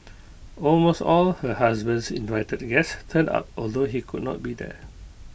almost all her husband's invited guests turned up although he could not be there